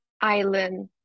island